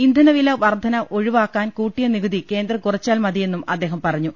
ഇന്ധനവില വർദ്ധന ഒഴിവാക്കാൻ കൂട്ടിയ നികുതി കേന്ദ്രം കുറച്ചാൽ മതിയെന്നും അദ്ദേഹം പറഞ്ഞു